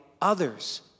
others